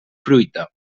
fruita